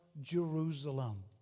Jerusalem